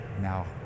Now